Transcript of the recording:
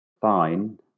fine